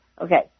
Okay